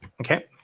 Okay